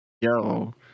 Yo